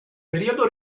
periodo